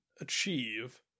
achieve